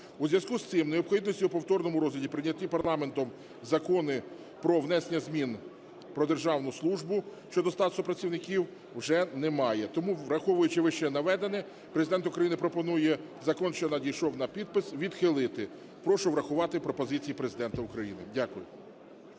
У зв'язку з цим необхідності у повторному розгляді, прийнятті парламентом Закону про внесення змін про державну службу щодо статусу працівників вже немає. Тому враховуючи вищенаведене, Президент України пропонує закон, що надійшов на підпис, відхилити. Прошу врахувати пропозиції Президента України. Дякую.